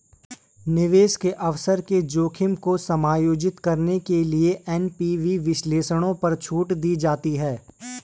निवेश के अवसर के जोखिम को समायोजित करने के लिए एन.पी.वी विश्लेषणों पर छूट दी जाती है